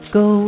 go